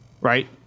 right